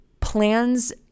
plans